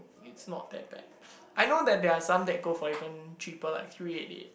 it's not that bad I know that there are some that go for ever cheaper like three eighty eight